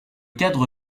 cadre